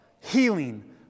healing